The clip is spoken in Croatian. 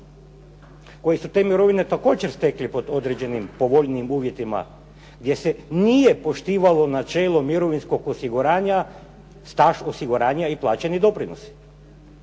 koji su te mirovine također stekli pod određenim povoljnijim uvjetima, gdje se nije poštivalo načelo mirovinskog osiguranja, staž osiguranja i plaćeni doprinosi,